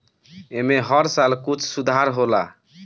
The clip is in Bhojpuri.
ऐमे हर साल कुछ सुधार होला